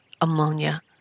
Ammonia